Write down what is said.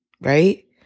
Right